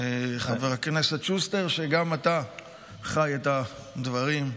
וחבר הכנסת שוסטר, שגם אתה חי את הדברים,